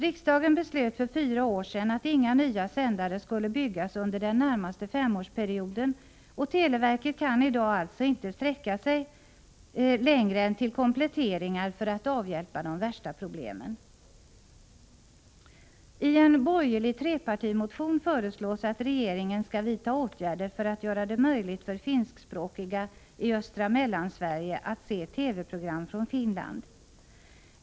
Riksdagen beslöt för fyra år sedan att inga nya sändare skulle byggas under den närmaste femårsperioden, och televerket kan i dag alltså inte sträcka sig längre än till kompletteringar för att avhjälpa de värsta problemen. I en borgerlig trepartimotion föreslås att regeringen skall vidta åtgärder för att göra det möjligt för finskspråkiga i östra Mellansverige att se TV-program från Finland.